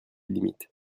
limites